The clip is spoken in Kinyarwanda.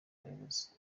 bayobozi